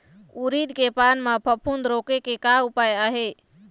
उरीद के पान म फफूंद रोके के का उपाय आहे?